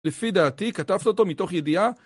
לפי דעתי כתבת אותו מתוך ידיעה